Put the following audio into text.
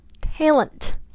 talent